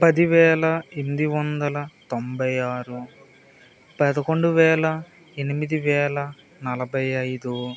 పదివేల ఎనిమిది వందల తొంభై ఆరు పదకొండు వేల ఎనిమిది వేల నలభై ఐదు